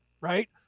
right